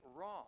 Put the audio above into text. wrong